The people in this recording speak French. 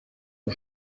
aux